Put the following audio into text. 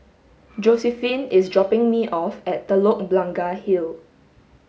Josiephine is dropping me off at Telok Blangah Hill